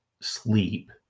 sleep